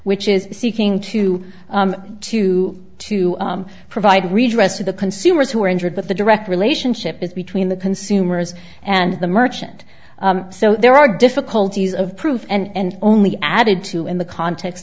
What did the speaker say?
which is seeking to to to provide redress to the consumers who are injured but the direct relationship is between the consumers and the merchant so there are difficulties of proof and only added to in the context